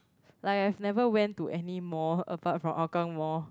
like I've never went to any mall apart from Hougang Mall